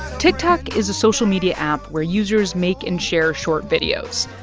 tiktok is a social media app where users make and share short videos,